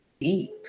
deep